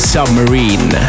Submarine